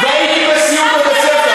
והייתי בסיור בבית-ספר,